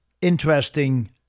interesting